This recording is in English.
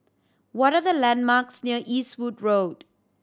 what are the landmarks near Eastwood Road